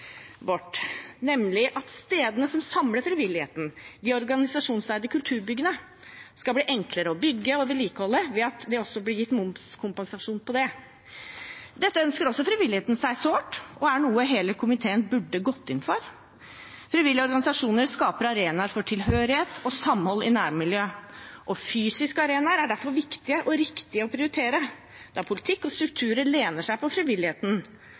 nemlig at stedene som samler frivilligheten, de organisasjonseide kulturbyggene, skal bli enklere å bygge og vedlikeholde ved at det også blir gitt momskompensasjon for det. Dette ønsker også frivilligheten seg sårt og er noe hele komiteen burde gått inn for. Frivillige organisasjoner skaper arenaer for tilhørighet og samhold i nærmiljøet. Fysiske arenaer er derfor viktig og riktig å prioritere, da politikk og strukturer lener seg på frivilligheten